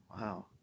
Wow